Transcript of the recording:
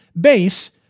base